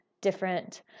different